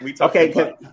Okay